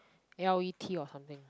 L E T or something